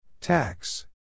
Tax